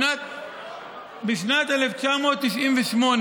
בשנת 1998,